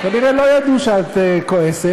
כנראה לא ידעו שאת כועסת,